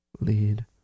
lead